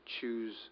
Choose